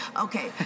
Okay